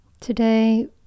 Today